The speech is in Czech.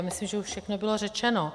Myslím, že už všechno bylo řečeno.